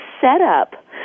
setup